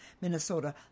Minnesota